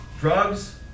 drugs